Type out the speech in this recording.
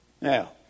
now